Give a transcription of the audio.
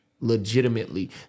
legitimately